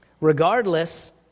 Regardless